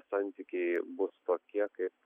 santykiai bus tokie kaip